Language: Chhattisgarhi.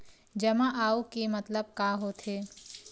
जमा आऊ के मतलब का होथे?